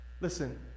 Listen